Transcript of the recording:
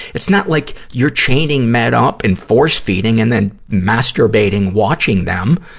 it's not like you're chaining men up and force-feeding, and then masturbating watching them.